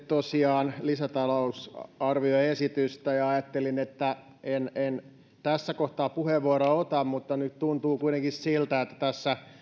tosiaan lisätalousarvioesitystä ja ajattelin että en en tässä kohtaa puheenvuoroa ota mutta nyt tuntuu kuitenkin siltä että tässä